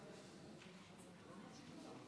עד שלוש דקות עומדות לרשותך,